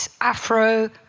afro